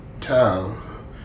town